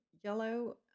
yellow